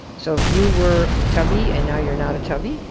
so if you were a tubby and now you're not a tubby,